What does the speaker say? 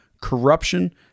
corruption